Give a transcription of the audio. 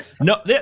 no